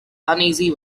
uneasy